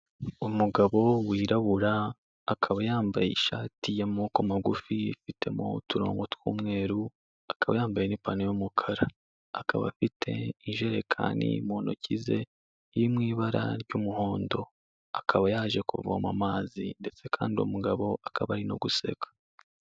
Umugabo wirabura akaba yambaye ishati y'amoboko magufi ifitemo uturongo tw'umweru akaba yambaye n'ipantaro y'umukara, akaba afite ijerekani mu ntoki ze iri mu ibara ry'umuhondo, akaba yaje kuvoma amazi ndetse kandi uwo umugabo akaba ari no guseka.